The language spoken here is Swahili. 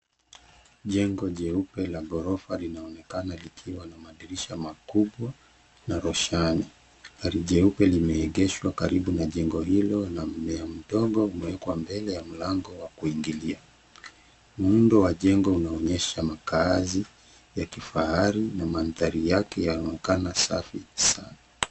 Jengo jeupe la gorofa linaonekana likiwa na madirisha makubwa na roshani. Gari jeupe limeegeshwa karibu na jengo hilo na mmea mdogo umewekwa mbele ya mlango wa kuingilia. Muundo wa jengo unaonyesha makazi ya kifahari na mandhari yake yanaonekana safi sana.